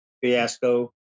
fiasco